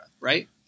Right